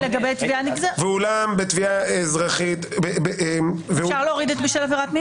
ברשותכם: "ואולם בתביעה אזרחית" -- אפשר להוריד את "בשל עבירת מין"?